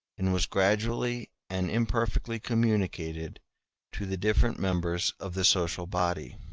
and was gradually and imperfectly communicated to the different members of the social body.